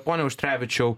pone auštrevičiau